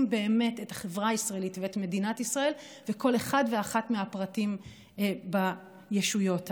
את החברה הישראלית ואת מדינת ישראל וכל אחד ואחת מהפרטים בישויות האלה.